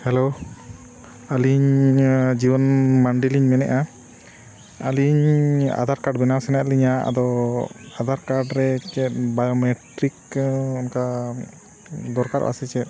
hello ᱟᱹᱞᱤᱧ ᱡᱤᱣᱚᱱ ᱢᱟᱱᱰᱤᱞᱤᱧ ᱢᱮᱱᱮᱜᱼᱟ ᱟᱹᱞᱤᱧ ᱟᱫᱷᱟᱨ ᱠᱟᱨᱰ ᱵᱮᱱᱟᱣ ᱥᱟᱱᱟᱭᱮᱫ ᱞᱤᱧᱟ ᱟᱫᱚ ᱟᱫᱷᱟᱨ ᱠᱟᱨᱰ ᱨᱮ ᱪᱮᱫ ᱵᱟᱭᱳᱢᱮᱴᱨᱤᱠ ᱚᱱᱠᱟ ᱫᱚᱨᱠᱟᱨᱚᱜᱼᱟ ᱥᱮ ᱪᱮᱫ